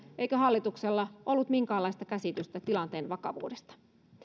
eikö hallituksella ollut minkäänlaista käsitystä tilanteen vakavuudesta